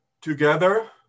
Together